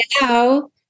now